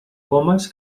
comes